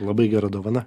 labai gera dovana